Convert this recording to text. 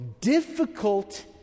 difficult